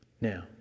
Now